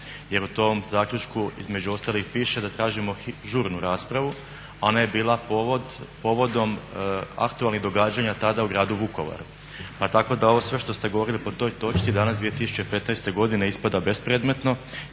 Jer u tom zaključku, između ostalih, piše da tražimo žurnu raspravu, a ona je bila povodom aktualnih događanja tada u gradu Vukovaru. Pa tako da ovo sve što ste govorili po toj točci danas 2015. godine ispada bespredmetno.